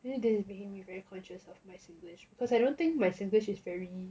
this video is making me very conscious of my singlish because I don't think my singlish is very